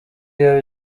iyo